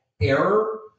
error